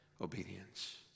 obedience